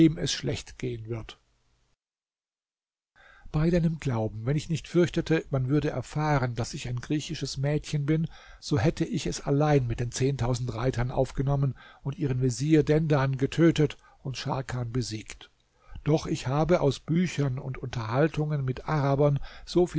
es schlecht gehen wird bei deinem glauben wenn ich nicht befürchtete man würde erfahren daß ich ein griechisches mädchen bin so hätte ich es allein mit den zehntausend reitern aufgenommen und ihren vezier dendan getötet und scharkan besiegt doch ich habe aus büchern und unterhaltungen mit arabern so